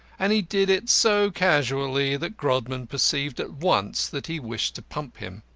and he did it so casually that grodman perceived at once that he wished to pump him.